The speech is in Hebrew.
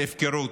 את ההפקרות.